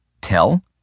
tell